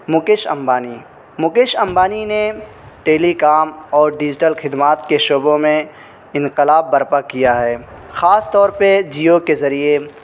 مکیش امبانی مکیش امبانی نے telecom اور digital خدمات کے شعبوں میں انقلاب برپا کیا ہے خاص طور پہ جیو کے ذریعے